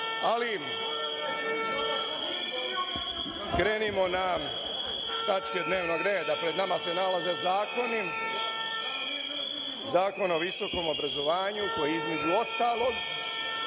ali, krenimo na tačke dnevnog reda. Pred nama se nalaze zakoni, Zakon o visokom obrazovanju, koji, između ostalog,